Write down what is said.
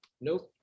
Nope